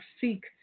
seek